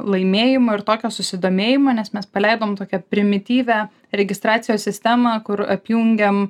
laimėjimo ir tokio susidomėjimo nes mes paleidom tokią primityvią registracijos sistemą kur apjungiam